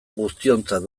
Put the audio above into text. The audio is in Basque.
guztiontzat